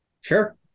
Sure